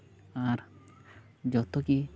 ᱟᱨ ᱡᱚᱛᱚ ᱜᱮ